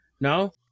No